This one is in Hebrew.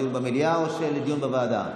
דיון במליאה או דיון בוועדה?